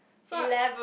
so I